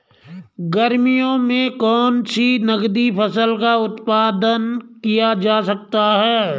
गर्मियों में कौन सी नगदी फसल का उत्पादन किया जा सकता है?